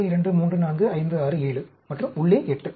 1 2 3 4 5 6 7 மற்றும் உள்ளே 8